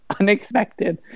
unexpected